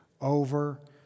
over